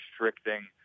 restricting